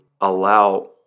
allow